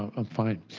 i'm fine.